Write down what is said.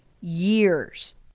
years